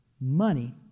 Money